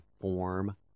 form